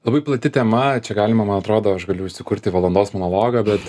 labai plati tema čia galima man atrodo aš galiu užsikurti valandos monologą bet